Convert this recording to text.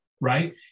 right